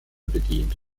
bedient